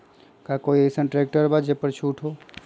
का कोइ अईसन ट्रैक्टर बा जे पर छूट हो?